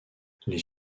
les